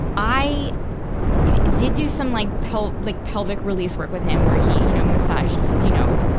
i did do some like pel, like pelvic release work with him, where he, you know, massaged, you know,